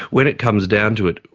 when it comes down to it,